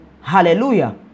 Hallelujah